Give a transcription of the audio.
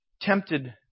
tempted